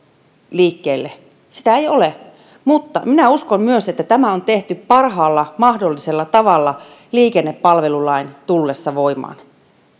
liikkeelle sitä ei ole mutta minä uskon myös että tämä on tehty parhaalla mahdollisella tavalla liikennepalvelulain tullessa voimaan